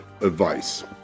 advice